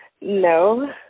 No